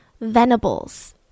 Venables